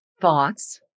thoughts